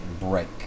break